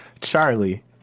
Charlie